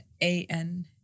A-N